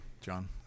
John